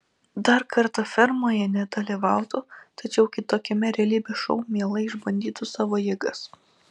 dar kartą fermoje nedalyvautų tačiau kitokiame realybės šou mielai išbandytų savo jėgas